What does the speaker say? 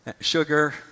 sugar